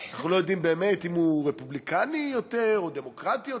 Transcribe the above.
אנחנו לא יודעים באמת אם הוא רפובליקני יותר או דמוקרטי יותר.